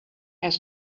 was